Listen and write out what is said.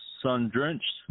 sun-drenched